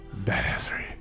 Badassery